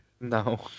No